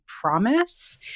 promise